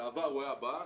בעבר הוא היה בא,